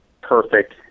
perfect